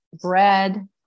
bread